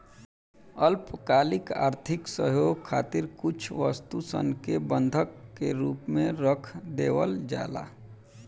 अल्पकालिक आर्थिक सहयोग खातिर कुछ वस्तु सन के बंधक के रूप में रख देवल जाला